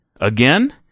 again